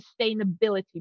sustainability